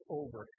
over